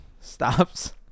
stops